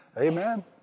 Amen